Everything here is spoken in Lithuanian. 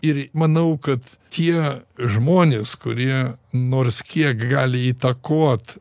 ir manau kad tie žmonės kurie nors kiek gali įtakot